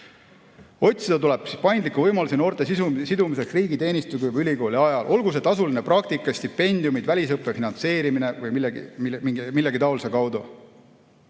Otsida tuleb paindlikke võimalusi noorte sidumiseks riigiteenistusega juba ülikooli ajal, olgu see tasuline praktika, stipendiumid, välisõppe finantseerimine või midagi taolist.